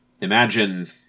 imagine